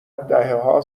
دههها